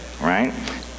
right